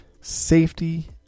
safety